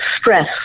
stress